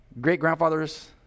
great-grandfather's